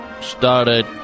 started